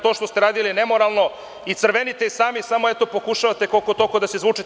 To što ste radili je nemoralno i crvenite sami, ali eto pokušavate koliko toliko da se izvučete.